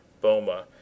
Boma